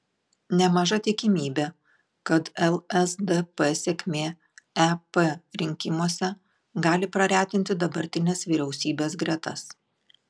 nemaža tikimybė kad lsdp sėkmė ep rinkimuose gali praretinti dabartinės vyriausybės gretas